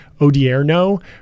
Odierno